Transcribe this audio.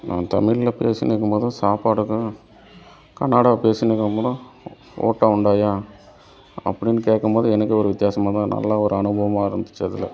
நான் தமிழில் பேசின்னு இருக்கும் போது சாப்பாடு தான் கனடா பேசின்னு இருக்கும் போது ஓட்ட உண்டயா அப்படின்னு கேட்கம் போது எனக்கே ஒரு வித்தியாசமாக தான் நல்ல ஒரு அனுபவமாக இருந்துச்சு அதில்